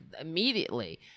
immediately